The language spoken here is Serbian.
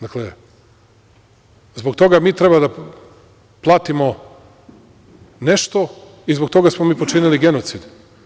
Dakle, zbog toga mi treba da platimo nešto i zbog toga smo mi počinili genocid.